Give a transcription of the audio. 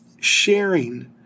sharing